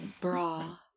Bra